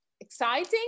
exciting